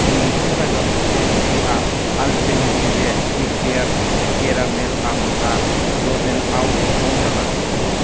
मोनसे बायबा मोनसे फ्रि'आ आल्पेनलिबे इक्लैयार्स केरामेल आमथा लजेनआव दं नामा